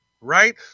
right